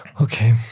okay